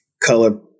color